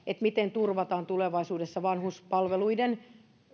miten turvataan tulevaisuudessa vanhuspalveluiden